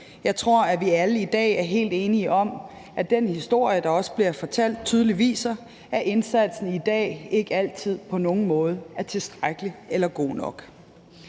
jeg tror, at vi alle i dag er helt enige om, at den historie, der også bliver fortalt, tydeligt viser, at indsatsen i dag ikke altid på nogen måde er tilstrækkelig eller god nok.